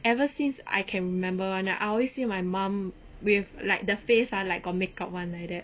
ever since I can remember [one] right I always see my mum with like the face ah like got make-up [one] like that